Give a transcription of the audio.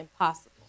impossible